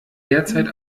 derzeit